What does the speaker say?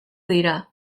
dira